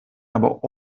aber